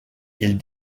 ils